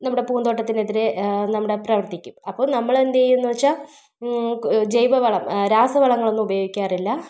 നമ്മുടെ പൂന്തോട്ടത്തിനെതിരെ നമ്മുടെ പ്രവർത്തിക്കും അപ്പോൾ നമ്മൾ എന്തുചെയ്യുമെന്ന് വെച്ചാൽ കു ജൈവ വളം രാസ വളങ്ങൾ ഒന്നും ഉപയോഗിക്കാറില്ല